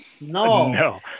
no